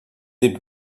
des